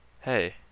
Hey